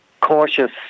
cautious